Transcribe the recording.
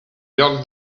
lloc